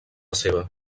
seva